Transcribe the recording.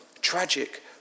tragic